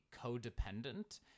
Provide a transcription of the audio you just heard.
codependent